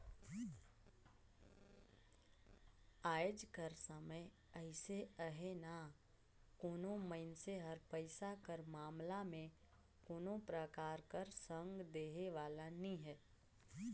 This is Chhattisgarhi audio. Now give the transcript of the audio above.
आएज कर समे अइसे अहे ना कोनो मइनसे हर पइसा कर मामला में कोनो परकार कर संग देहे वाला नी हे